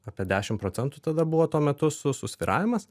apie dešim procentų tada buvo tuo metu su susvyravimas